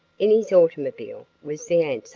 in his automobile, was the answer.